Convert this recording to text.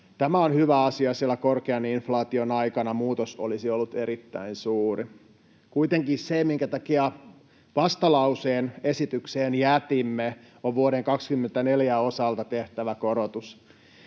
Tämä on hyvä asia, sillä korkean inflaation aikana muutos olisi ollut erittäin suuri. Kuitenkin se, minkä takia vastalauseen esitykseen jätimme, on vuoden 24 osalta tehtävä korotus.